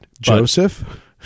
Joseph